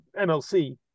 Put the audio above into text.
MLC